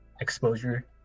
exposure